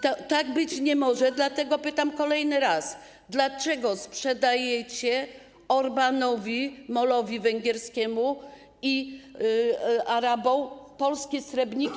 Tak być nie może, dlatego pytam kolejny raz: Dlaczego sprzedajecie Orbánowi, MOL-owi węgierskiemu i Arabom polskie srebrniki?